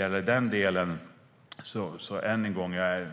Än en gång vill jag säga att jag